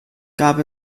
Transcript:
gab